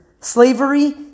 slavery